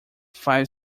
five